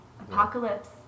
Apocalypse